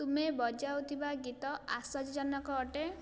ତୁମେ ବଜାଉଥିବା ଗୀତ ଆଶ୍ଚର୍ଯ୍ୟଜନକ ଅଟେ